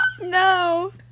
No